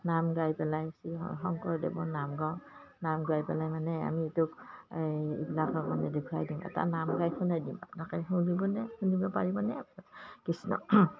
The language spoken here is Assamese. নাম গাই পেলাই শ্ৰী শংকৰদেৱৰ নাম গাওঁ নাম গাই পেলাই মানে আমি এইটোক এই এইবিলাকক মানে দেখুৱাই দিওঁ এটা নাম গাই শুনাই দিম আপোনাকে শুনিবনে শুনিব পাৰিবনে কৃষ্ণ